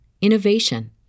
innovation